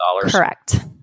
Correct